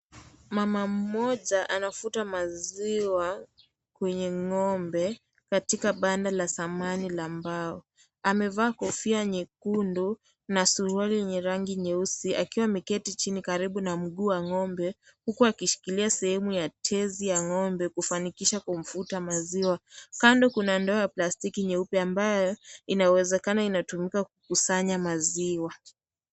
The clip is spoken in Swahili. Mama mmoja anavuta maziwa kwenye ng'ombe katika banda la zamani la mbao. Amevaa kofia la nyekundu na suruali yenye rangi nyeusi akiwa ameketi chini karibu na mguu wa ngombe huku akishikilia sehemu ya tezi ya ng'ombe kufanikisha kumvuta maziwa. Kando kuna ndoo ya plastiki nyeupe ambayo inawezekano inatumika kukusanya maziwa.